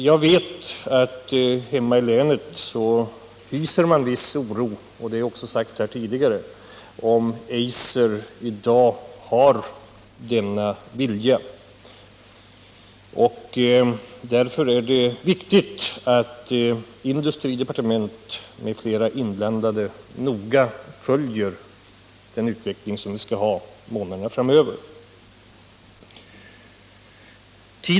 Jag vet att man hemma i länet hyser viss oro — detta har också sagts här tidigare — för Eiser och fruktar att företaget inte har denna vilja. Därför är det synnerligen viktigt att industridepartementet och andra inblandade noga följer utvecklingen månaderna framöver.